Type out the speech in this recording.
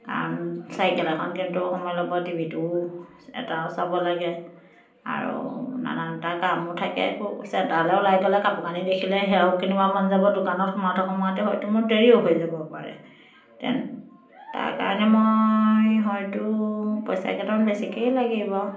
কাৰণ চাইকেল এখন কিনোতেও সময় ল'ব টি ভিটোও এটাও চাব লাগে আৰু নানানটা কামো থাকে আকৌ চেণ্টাৰলৈ ওলাই গ'লে কাপোৰ কানি দেখিলে সেয়াও কিনিব মন যাব দোকানত সোমাওঁতে সোমাওঁতে হয়তো মোৰ দেৰিও হৈ যাব পাৰে তেন তাৰ কাৰণে মই হয়তো পইচা কেটামান বেছিকৈয়ে লাগিব